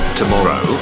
tomorrow